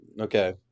Okay